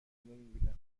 میبینم